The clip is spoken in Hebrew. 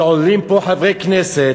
שעולים פה חברי כנסת,